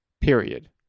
period